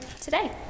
today